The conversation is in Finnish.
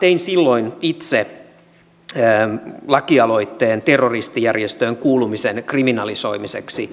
tein silloin itse lakialoitteen terroristijärjestöön kuulumisen kriminalisoimiseksi